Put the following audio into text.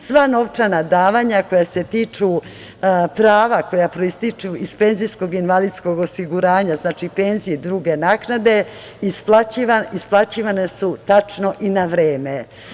Sva novčana davanja koja se tiču prava koja proističu iz penzijskog i invalidskog osiguranja, znači penzije i druge naknade, isplaćivane su tačno i na vreme.